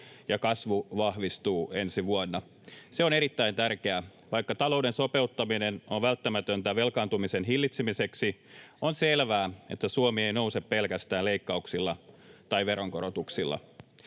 ja kasvu vahvistuu ensi vuonna. Se on erittäin tärkeää. Vaikka talouden sopeuttaminen on välttämätöntä velkaantumisen hillitsemiseksi, on selvää, että Suomi ei nouse pelkästään leikkauksilla tai veronkorotuksilla.